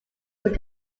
were